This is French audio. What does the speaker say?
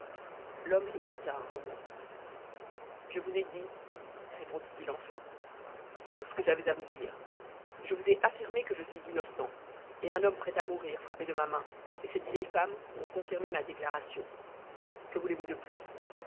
l'homme hésita un moment je vous ai dit répondit-il enfin tout ce que j'avais à vous dire je vous ai affirmé que je suis innocent et un homme prêt à mourir frappé de ma main et cette vieille femme ont confirmé ma déclaration que voulez-vous de plus